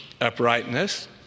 uprightness